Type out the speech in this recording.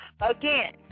again